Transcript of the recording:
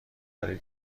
ولی